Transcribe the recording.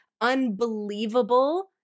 unbelievable